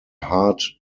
hard